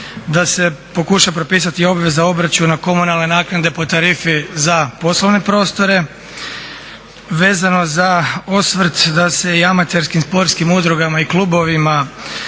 da se pokuša propisati i obveza obračuna komunalne naknade po tarifi za poslovne prostore. Vezano za osvrt da se i amaterskim sportskim udrugama i klubovima